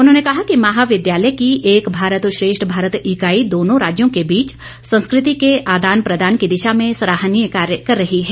उन्होंने कहा कि महाविद्यालय की एक भारत श्रेष्ठ भारत इकाई दोनों राज्यों के बीच संस्कृति के आदान प्रदान की दिशा में सराहनीय कार्य कर रही है